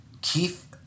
Keith